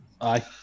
Aye